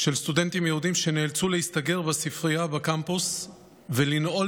של סטודנטים יהודים שנאלצו להסתגר בספרייה בקמפוס ולנעול